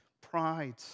pride